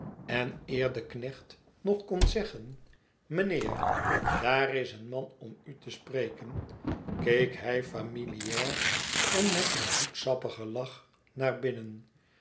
en eer de knecht nog kon zeggen mijnheer daar is een man om u te spreken keek hij familiaar en met een zoetsappigen lach naar binnen